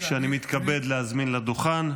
שאני מתכבד להזמין לדוכן,